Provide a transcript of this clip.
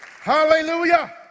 Hallelujah